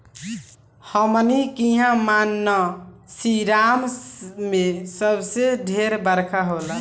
हमनी किहा मानसींराम मे सबसे ढेर बरखा होला